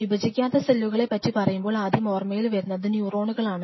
വിഭജിക്കാത്ത സെല്ലുകളെ പറ്റി പറയുമ്പോൾ ആദ്യം ഓർമയിൽ വരുന്നത് ന്യൂറോണുകളാണ്